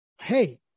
hey